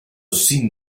sin